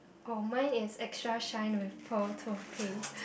oh mine is extra shine with pearl tooth paste